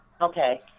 Okay